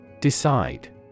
Decide